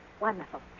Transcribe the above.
Wonderful